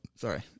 sorry